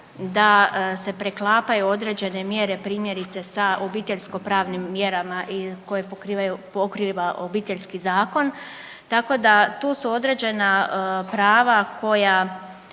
da se preklapaju određene mjere primjerice sa obiteljsko pravnim mjerama koje pokrivaju, pokriva Obiteljski zakon. Tako da tu su određena prava koja